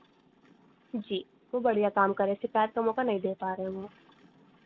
जी खूब बढ़ियाँ काम कर रहे हैं शिकायत का मौका नहीं दे पा रहे हैं वो